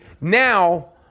now